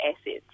assets